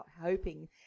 hoping